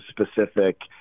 specific